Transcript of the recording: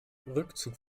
rückzug